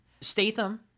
Statham